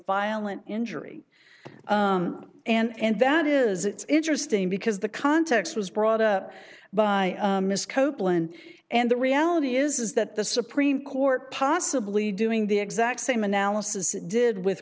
violent injury and that is it's interesting because the context was brought up by ms copeland and the reality is is that the supreme court possibly doing the exact same analysis it did with